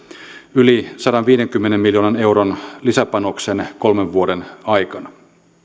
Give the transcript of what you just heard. yli sadanviidenkymmenen miljoonan euron lisäpanoksen kolmen vuoden aikana